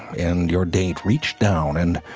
and your date reached down and.